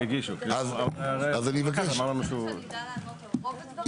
אני חושבת שאני אדע לענות על רוב הדברים,